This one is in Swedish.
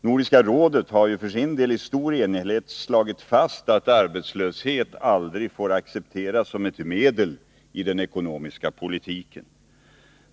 Nordiska rådet har i stor enhällighet slagit fast att arbetslöshet aldrig får accepteras som ett medel i den ekonomiska politiken.